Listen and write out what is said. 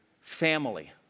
family